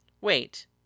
Wait